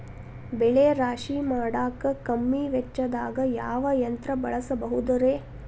ಬೆಳೆ ರಾಶಿ ಮಾಡಾಕ ಕಮ್ಮಿ ವೆಚ್ಚದಾಗ ಯಾವ ಯಂತ್ರ ಬಳಸಬಹುದುರೇ?